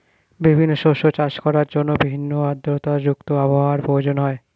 বিভিন্ন শস্য চাষ করার জন্য ভিন্ন আর্দ্রতা যুক্ত আবহাওয়ার প্রয়োজন হয়